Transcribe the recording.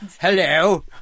Hello